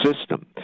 system